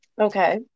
Okay